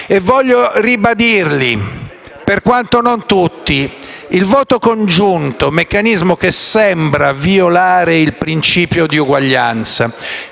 voglio qui ribadirle, per quanto non tutte. Tra queste vi è il voto congiunto, meccanismo che sembra violare il principio di uguaglianza.